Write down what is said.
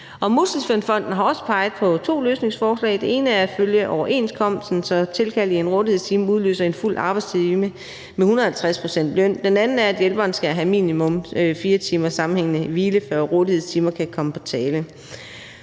Muskelsvindfonden har også peget på to løsningsforslag. Det ene er at følge overenskomsten, så tilkald til en rådighedstime udløser en fuld arbejdstime med 150 pct. løn. Det andet er, at hjælperen skal have minimum 4 timers sammenhængende hvile, før rådighedstimer kan komme på tale.